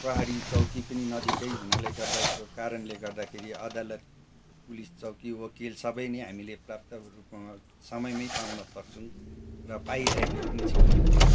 प्रहरी चौकी पनि नजिक हुनाले गर्दाको कारणले गर्दाखेरि अदालत पुलिस चौकी वकिल सब नै हामीले प्राप्तको रूपमा समयमा पाउन सक्छौँ र पाइरहेको पनि छौँ